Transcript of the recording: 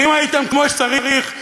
ואם הייתם כמו שצריך,